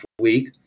week